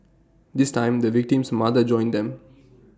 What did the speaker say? this time the victim's mother joined them